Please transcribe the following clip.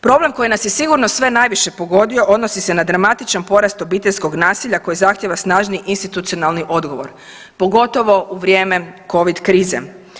Problem koji nas je sigurno sve najviše pogodio odnosi se na dramatičan porast obiteljskog nasilja koje zahtjeva snažni institucionalni odgovor, pogotovo u vrijeme covid krize.